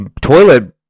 toilet